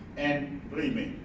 and believe me,